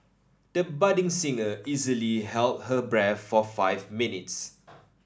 the budding singer easily held her breath for five minutes